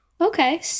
Okay